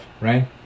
right